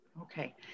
Okay